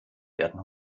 werden